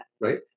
Right